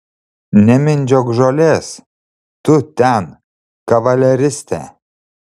nemindžiok žolės tu ten kavaleriste